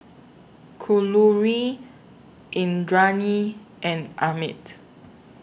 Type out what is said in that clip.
Kalluri Indranee and Amit